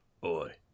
Boy